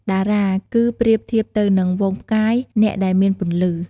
តារា គឺប្រៀបធៀបទៅនឹង ហ្វូងផ្កាយ អ្នកដែលមានពន្លឺ។